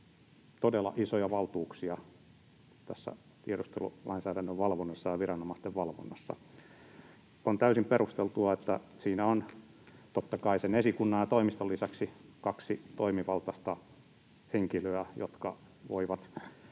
todella isoja valtuuksia tässä tiedustelulainsäädännön valvonnassa ja viranomaisten valvonnassa. On täysin perusteltua, että siinä on — totta kai sen esikunnan ja toimiston lisäksi — kaksi toimivaltaista henkilöä, jotka voivat